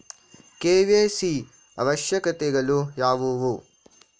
KYC ಅವಶ್ಯಕತೆಗಳು ಯಾವುವು?